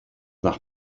nach